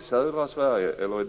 Sverige eller i